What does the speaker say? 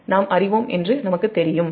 நாம் அறிவோம் என்று நமக்குத் தெரியும்